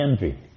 envy